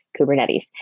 Kubernetes